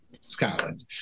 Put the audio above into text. Scotland